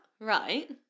right